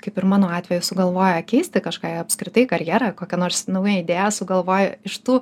kaip ir mano atveju sugalvoja keisti kažką apskritai karjerą kokią nors naują idėją sugalvoja iš tų